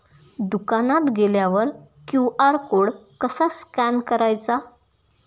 दुकानात गेल्यावर QR code कसा स्कॅन करायचा?